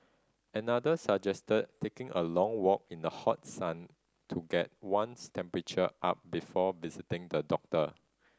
another suggested taking a long walk in the hot sun to get one's temperature up before visiting the doctor